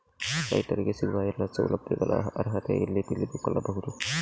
ರೈತರಿಗೆ ಸಿಗುವ ಎಲ್ಲಾ ಸೌಲಭ್ಯಗಳ ಅರ್ಹತೆ ಎಲ್ಲಿ ತಿಳಿದುಕೊಳ್ಳಬಹುದು?